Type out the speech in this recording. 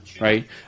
right